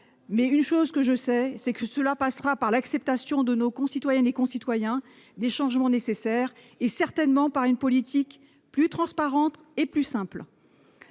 mais une chose que je sais, c'est que cela passera par l'acceptation de nos concitoyennes et concitoyens des changements nécessaires et certainement par une politique plus transparente et plus simple,